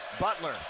Butler